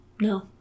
No